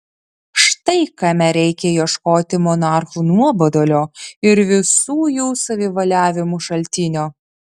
štai kame reikia ieškoti monarchų nuobodulio ir visų jų savivaliavimų šaltinio